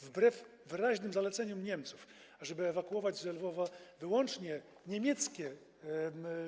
Wbrew wyraźnym zaleceniom Niemców, żeby ewakuować ze Lwowa wyłącznie niemieckie